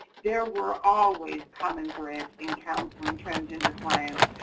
there were always common threads in counseling transgender clients,